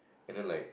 and then like